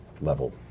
level